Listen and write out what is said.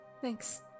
Thanks